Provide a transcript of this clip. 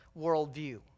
worldview